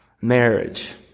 marriage